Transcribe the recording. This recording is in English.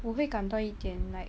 我会感到一点 like